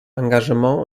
engagement